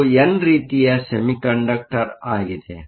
ಇದು ಎನ್ ರೀತಿಯ ಸೆಮಿಕಂಡಕ್ಟರ್ ಆಗಿದೆ